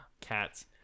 cats